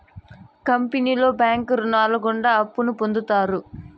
కంపెనీలో బ్యాంకు రుణాలు గుండా అప్పును పొందుతారు